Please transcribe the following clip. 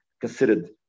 considered